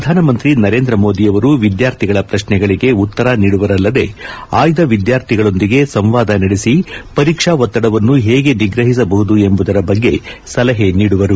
ಪ್ರಧಾನಮಂತ್ರಿ ನರೇಂದ್ರ ಮೋದಿಯವರು ವಿದ್ಯಾರ್ಥಿಗಳ ಪ್ರಕ್ಷೆಗಳಿಗೆ ಉತ್ತರ ನೀಡುವುದಲ್ಲದೇ ಆಯ್ದ ವಿದ್ಯಾರ್ಥಿಗಳೊಂದಿಗೆ ಸಂವಾದ ನಡೆಸಿ ಪರೀಕ್ಷಾ ಒತ್ತಡವನ್ನು ಹೇಗೆ ನಿಗ್ರಹಿಸಬಹುದು ಎಂಬುದರ ಬಗ್ಗೆ ಸಲಹೆ ನೀಡುವರು